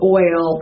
oil